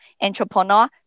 entrepreneur